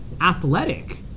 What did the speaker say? athletic